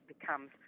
becomes